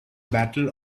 battle